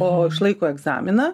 o išlaiko egzaminą